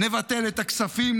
נבטל את הכספים,